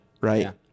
Right